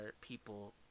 people